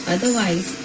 Otherwise